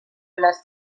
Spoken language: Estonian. üles